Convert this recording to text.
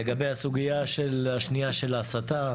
לגבי הסוגיה השנייה של ההסתה,